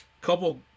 couple